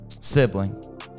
sibling